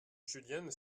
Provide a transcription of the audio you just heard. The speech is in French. julienne